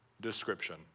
description